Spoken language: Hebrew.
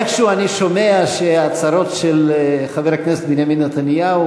איכשהו אני שומע שהצרות של חבר הכנסת בנימין נתניהו,